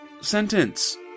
sentence